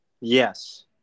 Yes